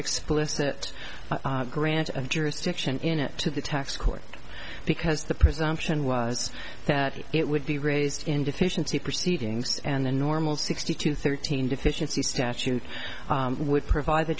explicit grant of jurisdiction in it to the tax court because the presumption was that it would be raised in deficiency proceedings and a normal sixty two thirteen deficiency statute would provide the